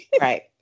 right